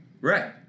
right